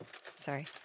Sorry